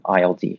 ILD